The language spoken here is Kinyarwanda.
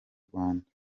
rwanda